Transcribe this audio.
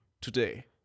today